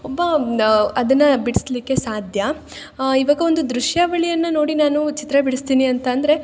ಒಬ್ಬ ಅದನ್ನು ಬಿಡ್ಸ್ಲಿಕ್ಕೆ ಸಾಧ್ಯ ಇವಾಗ ಒಂದು ದೃಶ್ಯಾವಳಿಯನ್ನು ನೋಡಿ ನಾನು ಚಿತ್ರ ಬಿಡಿಸ್ತೀನಿ ಅಂತ ಅಂದರೆ